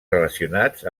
relacionats